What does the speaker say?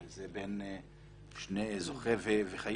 הרי זה בין זוכה וחייב,